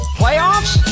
playoffs